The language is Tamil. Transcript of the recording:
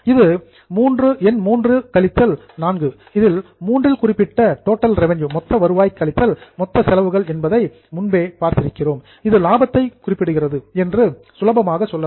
இது III கழித்தல் IV இதில் III இல் குறிப்பிட்ட டோட்டல் ரெவன்யூ மொத்த வருவாய் கழித்தல் மொத்த செலவுகள் என்பதை முன்பே பார்த்திருக்கிறோம் இது லாபத்தை குறிப்பிடுகிறது என்று சுலபமாக சொல்லலாம்